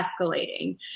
escalating